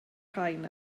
rhain